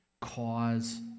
cause